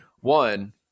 One